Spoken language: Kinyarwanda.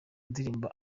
ndirimbo